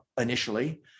initially